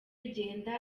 bigenda